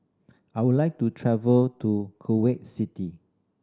I would like to travel to Kuwait City